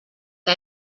que